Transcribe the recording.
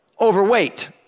overweight